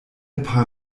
paar